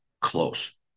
close